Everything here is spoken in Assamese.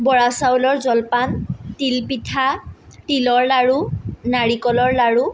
বৰা চাউলৰ জলপান তিলপিঠা তিলৰ লাড়ু নাৰিকলৰ লাড়ু